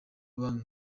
banki